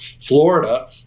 Florida